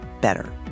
better